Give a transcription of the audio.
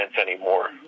anymore